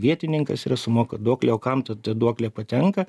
vietininkas yra sumoka duoklę o kam ta ta duoklė patenka